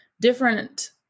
different